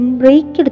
break